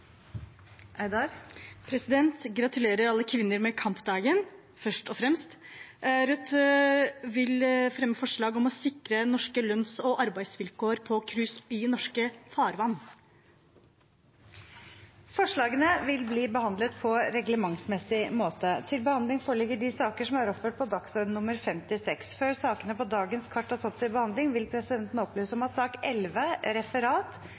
Gratulerer alle kvinner med kampdagen først og fremst! På vegne av Rødt vil jeg framsette representantforslag om å sikre norske lønns- og arbeidsvilkår på cruise i norske farvann. Forslagene vil bli behandlet på reglementsmessig måte. Før sakene på dagens kart tas opp til behandling, vil presidenten opplyse om at sak nr. 11, Referat, blir behandlet før